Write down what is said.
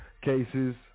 cases